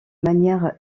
manière